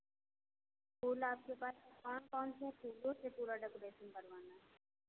फूल आपके पास कौन कौन से फूलों से पूरा डेकोरेशन करवाना है